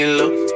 look